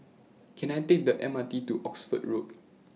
Can I Take The M R T to Oxford Road